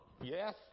yes